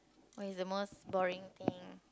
what is the most boring thing